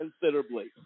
considerably